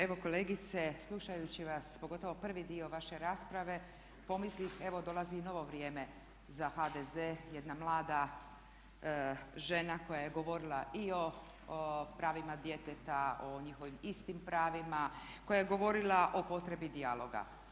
Evo kolegice slušajući vas, pogotovo prvi dio vaše rasprave, pomislih evo dolazi novo vrijeme za HDZ, jedna mlada žena koja je govorila i o pravima djeteta, o njihovim istim pravima, koja je govorila o potrebi dijaloga.